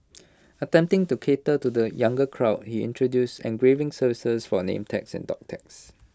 attempting to cater to the younger crowd he introduce engraving services for name tags and dog tags